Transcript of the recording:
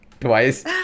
twice